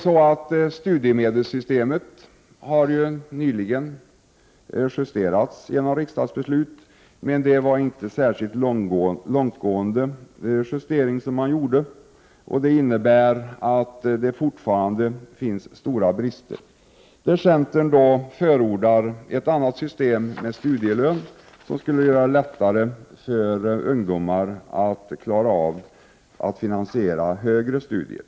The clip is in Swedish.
Studiemedelssystemet har ju nyligen genom riksdagsbeslut justerats, men justeringen var inte särskilt långtgående, och det innebär att det fortfarande finns stora brister. Centern förordar ett annat system med studielön som skulle underlätta för ungdomar att finansiera högre studier.